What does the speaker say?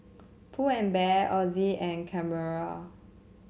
Pull and Bear Ozi and Carrera